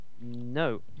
No